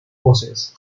voces